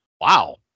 Wow